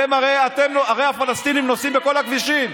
הרי הפלסטינים נוסעים בכל הכבישים,